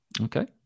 Okay